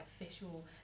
official